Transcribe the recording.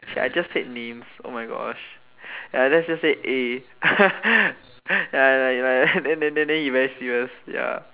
shit I just said names oh my gosh ya let's just say A ya like like then then then he very serious ya